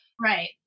right